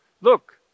Look